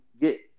get